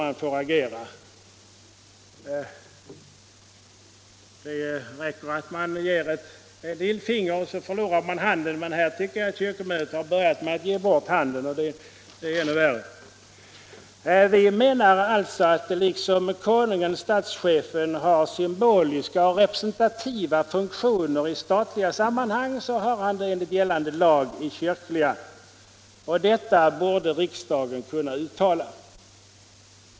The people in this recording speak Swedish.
Det räcker att man ger ett lillfinger, så förlorar man handen. Men här tycker jag att kyrkomötet började med att ge bort handen, och det är ännu värre. Vi menar, att liksom konungen-statschefen har symboliska och representativa funktioner i statliga sammanhang har han också enligt lagen samma funktioner i kyrkliga sammanhang, och det borde riksdagen kun = Nr 24 na uttala.